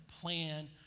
plan